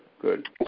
good